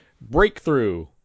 Breakthrough